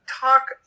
talk